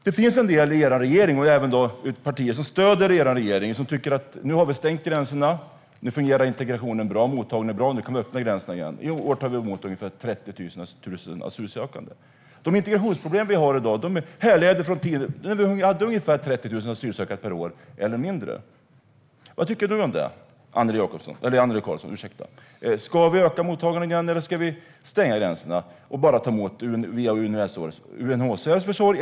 Det finns en del i er regering och i partier som stöder er regering som tycker att nu när vi har stängt gränserna fungerar mottagningen och integrationen bra - nu kan vi öppna gränserna igen. I år tar vi emot ungefär 30 000 asylsökande. De integrationsproblem vi har i dag härrör från tiden då vi hade ungefär 30 000 asylsökande eller mindre per år. Vad tycker du om det, Annelie Karlsson? Ska vi öka mottagningen igen, eller ska vi stänga gränserna och bara ta emot via UNHCR:s försorg?